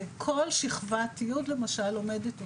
וכל שכבת י', למשל, לומדת אותה.